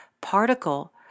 particle